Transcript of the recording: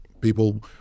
People